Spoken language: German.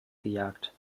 gejagt